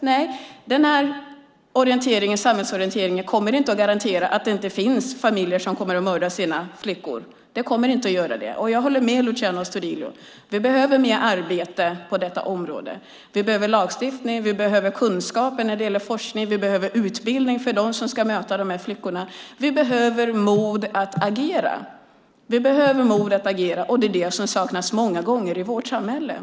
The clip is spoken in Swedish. Nej, samhällsorienteringen kommer inte att garantera att det inte finns familjer som kommer att mörda sina flickor. Och jag håller med Luciano Astudillo om att vi behöver mer arbete på detta område. Vi behöver lagstiftning, vi behöver kunskap, vi behöver forskning och vi behöver utbildning för dem som ska möta de här flickorna. Vi behöver mod att agera, och det är det som saknas många gånger i vårt samhälle.